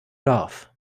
love